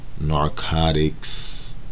Narcotics